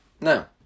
No